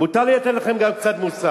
מותר לי לתת לכם גם קצת מוסר.